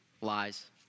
Lies